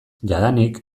jadanik